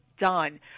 done